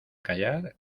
callar